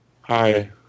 hi